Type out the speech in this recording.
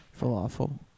falafel